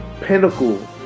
pinnacle